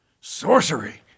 Sorcery